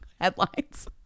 headlines